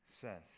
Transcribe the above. says